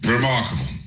Remarkable